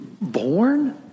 Born